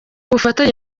bufatanye